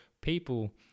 people